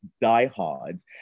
diehards